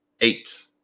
eight